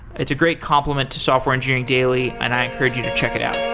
it's a great compliment to software engineering daily, and i encourage you to check it out.